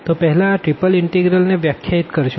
તો પેહલા આ ત્રિપલ ઇનટેગ્રલ્સ ને વ્યાખ્યાયિત કરશું